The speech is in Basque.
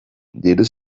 diru